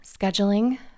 scheduling